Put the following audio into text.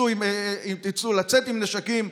לצאת עם נשקים,